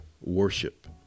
worship